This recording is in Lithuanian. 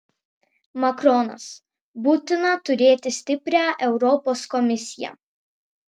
makronas būtina turėti stiprią europos komisiją